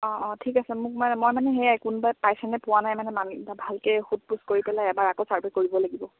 অঁ অঁ ঠিক আছে মোক মানে মই মানে সেয়াই কোনোবাই পাইছেনে পোৱা নাই মানে মানুহকেইটা ভালকৈ সোধ পোছ কৰি পেলাই এবাৰ আকৌ ছাৰ্ভে কৰিব লাগিব